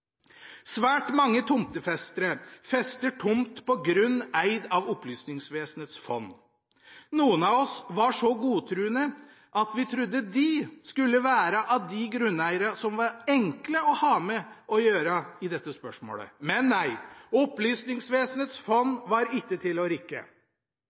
Svært mange tomtefestere fester tomt på grunn eid av Opplysningsvesenets fond. Noen av oss var så godtruende at vi trodde de skulle være av de grunneierne som var enkle å ha med å gjøre i dette spørsmålet. Men nei – Opplysningsvesenets